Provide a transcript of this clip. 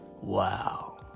wow